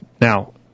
Now